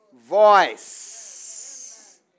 voice